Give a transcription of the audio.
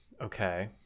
Okay